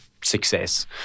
success